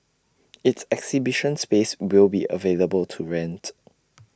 its exhibition space will be available to rent